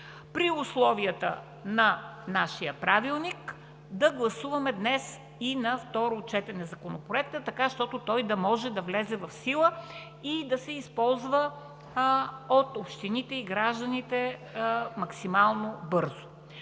при условията на нашия правилник да гласуваме днес и на второ четене Законопроекта, така щото той да може да влезе в сила и да се използва от общините и гражданите максимално бързо.